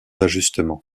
ajustements